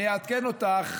אעדכן אותך,